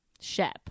shep